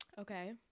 Okay